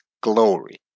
glory